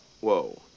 whoa